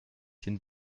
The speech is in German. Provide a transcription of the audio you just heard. den